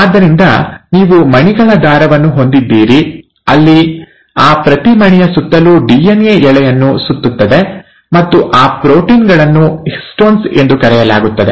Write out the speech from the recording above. ಆದ್ದರಿಂದ ನೀವು ಮಣಿಗಳ ದಾರವನ್ನು ಹೊಂದಿದ್ದೀರಿ ಅಲ್ಲಿ ಆ ಪ್ರತಿ ಮಣಿಯ ಸುತ್ತಲೂ ಡಿಎನ್ಎ ಎಳೆಯನ್ನು ಸುತ್ತುತ್ತದೆ ಮತ್ತು ಆ ಪ್ರೋಟೀನ್ ಗಳನ್ನು ಹಿಸ್ಟೋನ್ಸ್ ಎಂದು ಕರೆಯಲಾಗುತ್ತದೆ